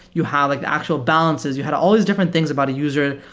you have like the actual balances. you had al l these different things about a user,